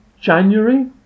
January